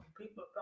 people